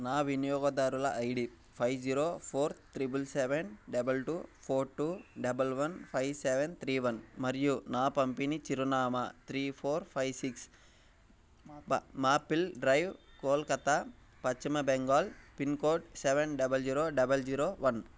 నా వినియోగదారుల ID five zero four triple seven double two four two double one five seven three one మరియు నా పంపిణీ చిరునామా three four five six maple drive Kolkata Paschim Bengal pincode seven double zero double zero one